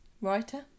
writer